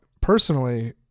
personally